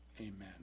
amen